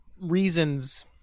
reasons